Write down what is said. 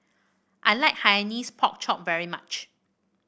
I like Hainanese Pork Chop very much